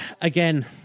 Again